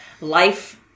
life